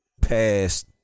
past